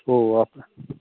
ஓ